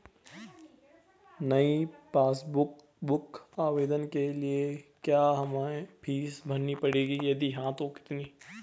नयी passbook book आवेदन के लिए क्या हमें फीस भरनी पड़ेगी यदि हाँ तो कितनी?